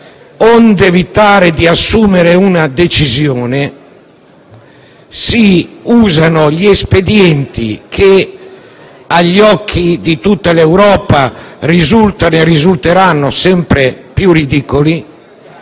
onde evitare di assumere una decisione si usano gli espedienti che, agli occhi di tutta l'Europa, risultano e risulteranno sempre più ridicoli.